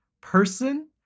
person